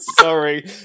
Sorry